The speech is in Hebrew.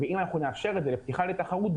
אם נאפשר את זה לפתיחה לתחרות,